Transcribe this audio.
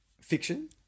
fiction